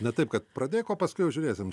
ne taip kad pradėk o paskui jau žiūrėsim